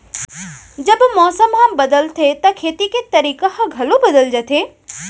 जब मौसम ह बदलथे त खेती करे के तरीका ह घलो बदल जथे?